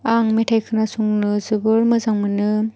आं मेथाइ खोनासंनो जोबोर मोजां मोनो